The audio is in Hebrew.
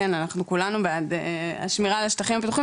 אנחנו כולנו בעד השמירה על השטחים הפתוחים